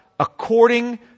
According